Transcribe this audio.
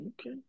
okay